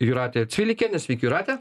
jūratė cvilikienė sveiki jūrate